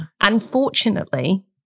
Unfortunately